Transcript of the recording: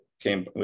came